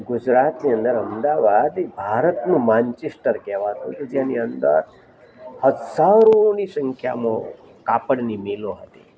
ગુજરાતની અંદર અમદાવાદ એ ભારતનું માન્ચેસ્ટર કહેવાતું કે જેની અંદર હજારોની સંખ્યામાં કાપડની મિલો હતી